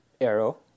Arrow